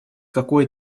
какое